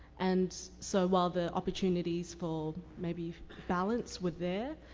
and, so while the opportunities for maybe, balance were there,